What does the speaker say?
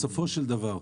בסופו של דבר,